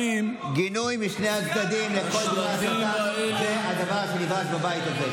גינוי משני הצדדים לכל דבר הסתה זה הדבר שנדרש בבית הזה.